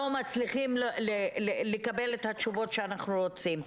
מצליחים לקבל את התשובות שאנחנו רוצים.